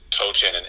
coaching